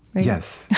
yes. yeah